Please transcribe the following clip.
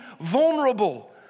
vulnerable